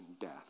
death